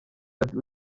ati